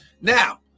Now